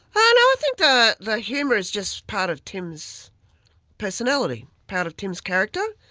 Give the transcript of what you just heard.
ah no, i think the the humour is just part of tim's personality, part of tim's character,